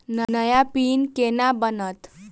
नया पिन केना बनत?